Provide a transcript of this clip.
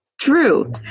True